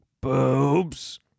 boobs